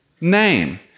name